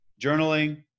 journaling